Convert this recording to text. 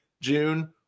june